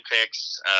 picks